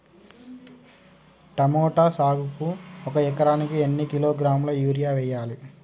Tomato సాగుకు ఒక ఎకరానికి ఎన్ని కిలోగ్రాముల యూరియా వెయ్యాలి?